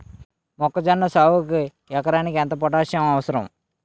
మొక్కజొన్న సాగుకు ఎకరానికి ఎంత పోటాస్సియం అవసరం?